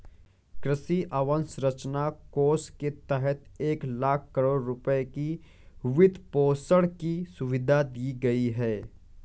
कृषि अवसंरचना कोष के तहत एक लाख करोड़ रुपए की वित्तपोषण की सुविधा दी गई है